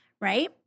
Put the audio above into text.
right